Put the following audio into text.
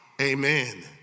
amen